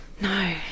no